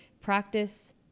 practice